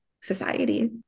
society